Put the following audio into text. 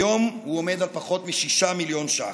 כיום הוא עומד על פחות מ-6 מיליון ש"ח.